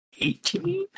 18